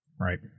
Right